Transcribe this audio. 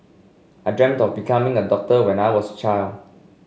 I dreamt of becoming a doctor when I was child